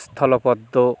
স্থল পদ্ম